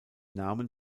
namen